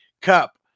Cup